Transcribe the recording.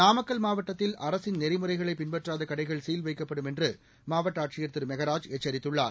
நாமக்கல் மாவட்டத்தில் அரசின் நெறிமுறைகளை பின்பற்றாத கடைகள் சீல் வைக்கப்படும் என்று மாவட்ட ஆட்சியர் திரு மெகராஜ் எச்சரித்துள்ளார்